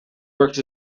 works